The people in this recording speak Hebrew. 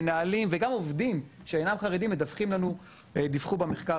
מנהלים וגם עובדים שאינם חרדים דיווחו במחקר